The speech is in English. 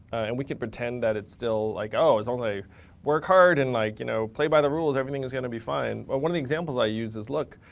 and we can pretend that it's still like, oh, it's only work hard and like, you know, play by the rules. everything is gonna be fine. well, one of the examples i use is, look,